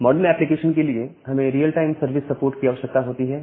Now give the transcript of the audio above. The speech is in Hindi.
मॉडर्न एप्लीकेशंस के लिए हमें रियल टाइम सर्विस सपोर्ट की आवश्यकता होती है